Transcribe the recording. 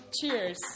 cheers